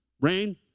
rain